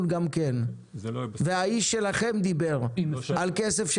לכן הפגישה שלי עם מנכ"לית משרד התחבורה